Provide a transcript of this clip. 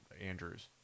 andrews